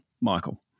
Michael